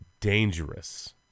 dangerous